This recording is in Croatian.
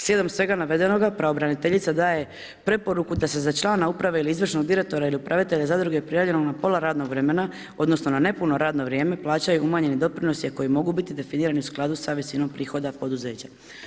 Slijedom svega navedenoga pravobraniteljica daje preporuku da se za člana uprave ili izvršnog direktora ili upravitelja zadruge prijavljeno na pola radnog vremena, odnosno na nepuno radno vrijeme, plaćaju umanjeni doprinosi a koji mogu biti definirani u skladu sa visinom prihoda od poduzeća.